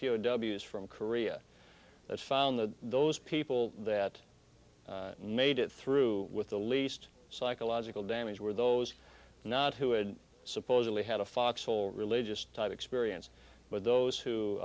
w s from korea that found that those people that made it through with the least psychological damage were those not who had supposedly had a foxhole religious type experience but those who